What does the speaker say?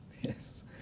Yes